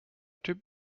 typ